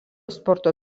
sporto